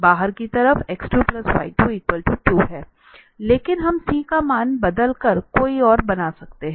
बहार की तरफ x2y22 हैं लेकिन हम c का मान बदल कर कई और बना सकते हैं